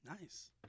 Nice